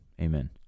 amen